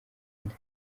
nde